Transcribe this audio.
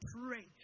pray